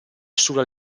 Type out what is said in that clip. sulla